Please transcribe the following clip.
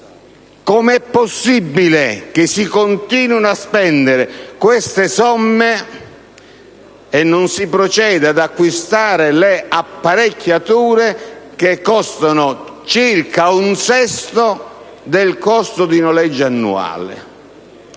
come è possibile che si continuino a spendere queste somme e non si proceda ad acquistare le apparecchiature, che costano circa un sesto del costo di noleggio annuale.